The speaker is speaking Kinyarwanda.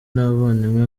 n’abavandimwe